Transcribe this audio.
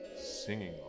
singing